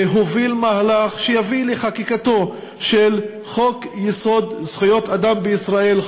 להוביל מהלך שיביא לחקיקתו של חוק-יסוד: זכויות אדם בישראל,